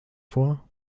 vor